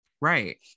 right